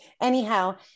Anyhow